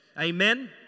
Amen